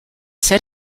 set